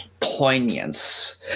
poignance